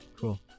Cool